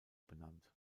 benannt